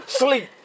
sleep